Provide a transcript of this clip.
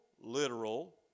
literal